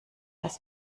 das